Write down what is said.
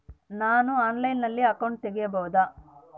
ನಾನು ಆನ್ಲೈನಲ್ಲಿ ಅಕೌಂಟ್ ತೆಗಿಬಹುದಾ?